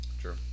Sure